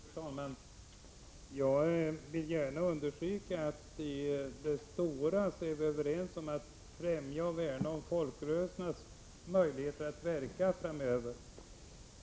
Fru talman! Jag vill gärna understryka att i det stora hela är vi överens om att främja och värna folkrörelsernas möjligheter att verka framöver.